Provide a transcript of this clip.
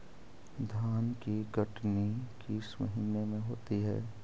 धान की कटनी किस महीने में होती है?